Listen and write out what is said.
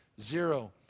zero